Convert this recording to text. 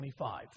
25